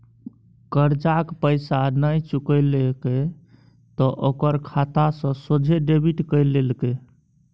करजाक पैसा नहि चुकेलके त ओकर खाता सँ सोझे डेबिट कए लेलकै